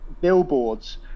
billboards